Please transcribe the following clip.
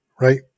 Right